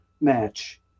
match